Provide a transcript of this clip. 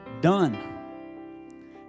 Done